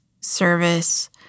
service